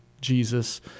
Jesus